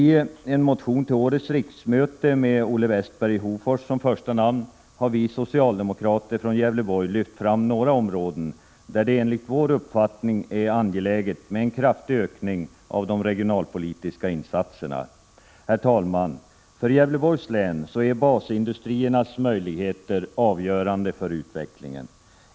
I en motion till årets riksmöte, 1986/87:A456 med Olle Westberg i Hofors som första namn, har vi socialdemokrater från Gävleborgs län lyft fram några områden, där det enligt vår uppfattning är synnerligen angeläget med en kraftig ökning av de regionalpolitiska insatserna. Herr talman! För Gävleborgs län är basindustriernas möjligheter avgörande för utvecklingen.